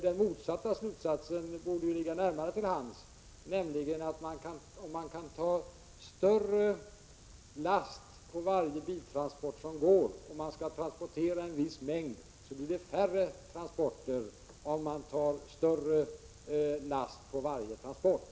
Den motsatta slutsatsen borde ligga närmare till hands, nämligen den, att om en viss mängd skall transporteras, blir det färre transporter, om det tas större last vid varje transport.